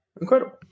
Incredible